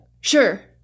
Sure